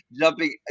jumping